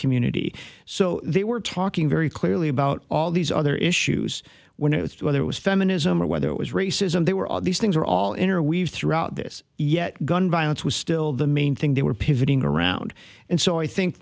community so they were talking very clearly about all these other issues when it whether it was feminism or whether it was racism they were all these things are all interweaved throughout this yet gun violence was still the main thing they were pivoting around and so i think